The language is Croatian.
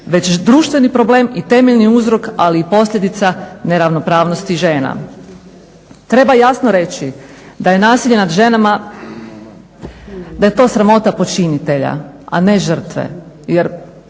već društveni problem i temeljni uzrok, ali i posljedica neravnopravnosti žena. Treba jasno reći da je nasilje nad ženama da je to sramota počinitelja, a ne žrtve